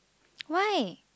why